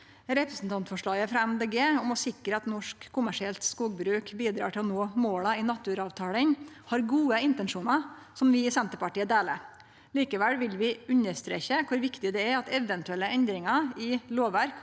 Representantforslaget frå Miljøpartiet Dei Grøne om å sikre at norsk kommersielt skogbruk bidrar til å nå måla i naturavtalen, har gode intensjonar som vi i Senterpartiet deler. Likevel vil vi understreke kor viktig det er at eventuelle endringar i lovverk